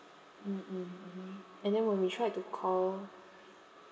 mm mm mmhmm and then when we tried to call